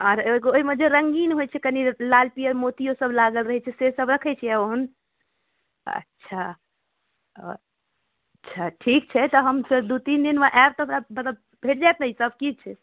आओर एगो ओहिमे जे रङ्गीन होइ छै कनि लाल पिअर मोतिओसब लागल रहै छै सेसब रखै छिए ओहन अच्छा अच्छा ठीक छै तऽ हम से दुइ तीन दिनमे आएब तऽ हमरा मतलब भेटि जाएत ने ई सबकिछु